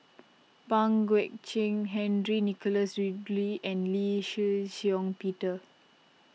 Pang Guek Cheng Henry Nicholas Ridley and Lee Shih Shiong Peter